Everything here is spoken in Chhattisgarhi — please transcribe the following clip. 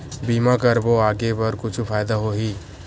बीमा करबो आगे बर कुछु फ़ायदा होही?